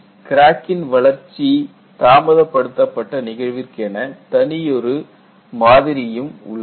கிராக்கின் வளர்ச்சி தாமதப்படுத்த பட்ட நிகழ்விற்கு என தனியொரு மாதிரியும் உள்ளது